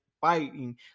fighting